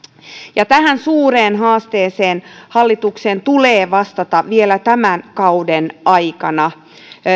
ja tähän suureen haasteeseen hallituksen tulee vastata vielä tämän kauden aikana